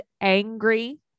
angry